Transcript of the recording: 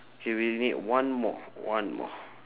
K we need one more one more